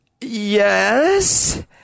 Yes